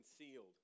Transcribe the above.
concealed